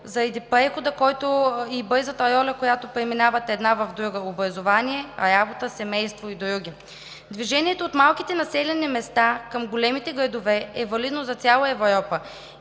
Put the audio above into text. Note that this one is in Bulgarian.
заради прехода и бързата роля, която преминават една в друга – образование, работа, семейство и други. Движението от малките населени места към големите градове е валидно за цяла Европа,